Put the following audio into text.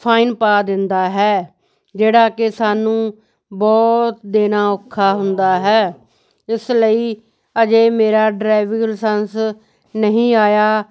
fine ਪਾ ਦਿੰਦਾ ਹੈ ਜਿਹੜਾ ਕਿ ਸਾਨੂੰ ਬਹੁਤ ਦੇਣਾ ਔਖਾ ਹੁੰਦਾ ਹੈ ਇਸ ਲਈ ਅਜੇ ਮੇਰਾ ਡਰਾਈਵਿੰਗ ਲਾਇਸੰਸ ਨਹੀਂ ਆਇਆ